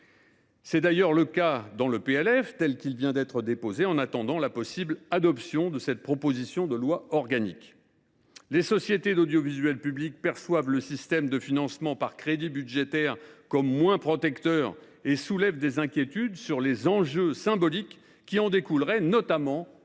C’est d’ailleurs le cas dans le PLF tel qu’il vient d’être déposé en attendant l’éventuelle adoption de cette proposition de loi organique. Les sociétés d’audiovisuel public perçoivent le système de financement par crédits budgétaires comme moins protecteur ; elles soulèvent des motifs d’inquiétude quant aux enjeux symboliques qui en découleraient, notamment sur le